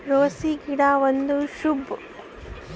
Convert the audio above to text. rose ಗಿಡ ಒಂದು shrub